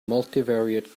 multivariate